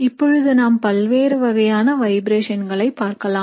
இப்பொழுது நாம் பல்வேறு வகையான வைப்ரேஷன்களை பார்க்கலாம்